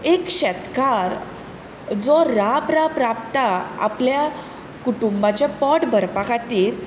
एक शेतकार जो राब राब राबता आपल्या कुटुंबाचे पोट भरपा खातीर